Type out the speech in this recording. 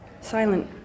silent